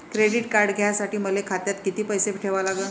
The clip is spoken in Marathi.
क्रेडिट कार्ड घ्यासाठी मले खात्यात किती पैसे ठेवा लागन?